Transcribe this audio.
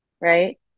right